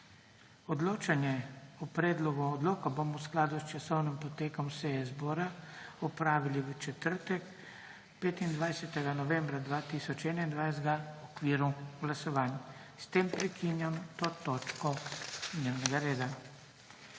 Odločanje o predlogu odloka bomo v skladu s časovnim potekom seje zbora opravili v četrtek, 25. novembra 2021, v okviru glasovanj. S tem prekinjam to točko dnevnega reda.